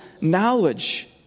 knowledge